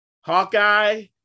hawkeye